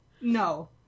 No